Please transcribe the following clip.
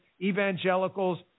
evangelicals